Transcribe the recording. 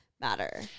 matter